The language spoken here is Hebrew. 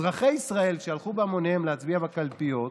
אזרחי ישראל, שהלכו בהמוניהם להצביע בקלפיות,